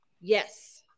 Yes